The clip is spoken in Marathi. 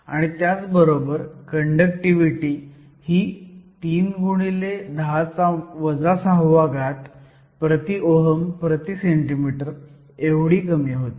आणि त्याच बरोबर कंडक्टिव्हिटी ही 3 x 10 6 Ω 1 cm 1 एवढी कमी होती